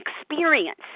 experience